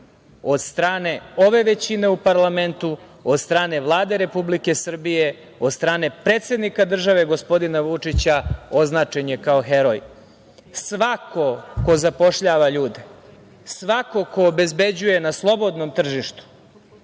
od strane ove većine u parlamentu, od strane Vlade Republike Srbije, od strane predsednika države, gospodina Vučića označen je kao heroj. Svako ko zapošljava ljude, svako ko obezbeđuje na slobodnom tržištu